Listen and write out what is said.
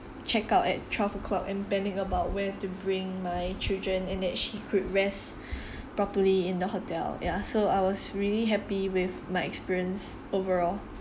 check out at twelve O clock and panic about where to bring my children and that she could rest properly in the hotel ya so I was really happy with my experience overall